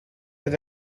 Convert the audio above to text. per